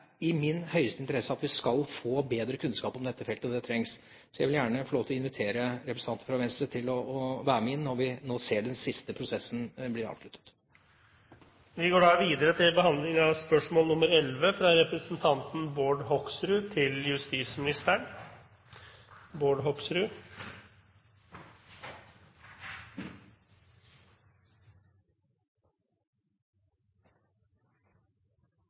i min største interesse at vi skal få bedre kunnskap om dette feltet, og det trengs. Så jeg vil gjerne få lov til å invitere representanten fra Venstre til å være med når vi nå ser at den siste prosessen blir avsluttet.